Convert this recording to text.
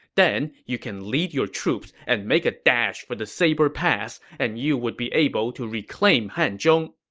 then, you can lead your troops and make a dash for the saber pass, and you would be able to reclaim hanzhong.